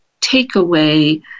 takeaway